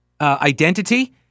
identity